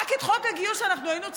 רק את חוק הגיוס אנחנו היינו צריכים,